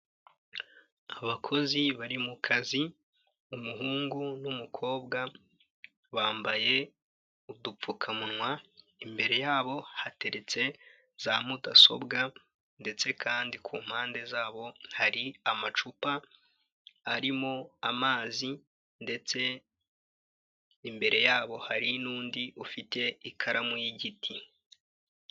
Abakozi bari mu kazi umuhungu n'umukobwa bambaye udupfukamuwa, imbere yabo hateretse za mudasobwa ndetse kandi ku mpande zabo hari amacupa arimo amazi ndetse imbere yabo hari n'undi ufite ikaramu y'igiti.